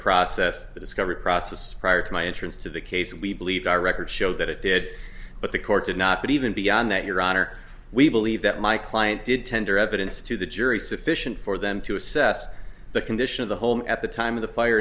process the discovery process prior to my entrance to the case we believe our records show that it did but the court did not but even beyond that your honor we believe that my client did tender evidence to the jury sufficient for them to assess the condition of the home at the time of the fire